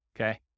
okay